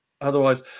otherwise